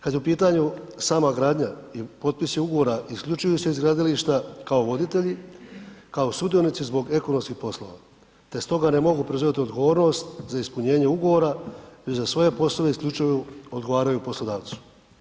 Kad je u pitanju sama gradnja i potpisi ugovora, isključuju su iz gradilišta kao voditelji, kao sudionici zbog ekonomskih poslova, te stoga ne mogu preuzimati odgovornost za ispunjenje ugovora i za svoje poslove isključivo odgovaraju poslodavcu.